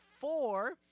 four